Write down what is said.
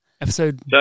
episode